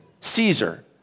Caesar